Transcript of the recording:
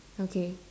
okay